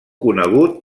conegut